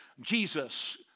Jesus